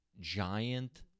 giant